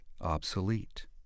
obsolete